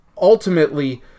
ultimately